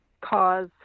cause